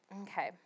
Okay